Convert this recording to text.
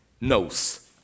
knows